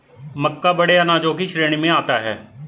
मक्का बड़े अनाजों की श्रेणी में आता है